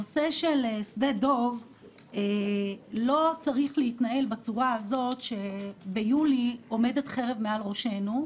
הנושא של שדה דב לא צריך להתנהל בצורה הזאת שביולי עומדת חרב מעל ראשנו.